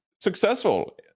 successful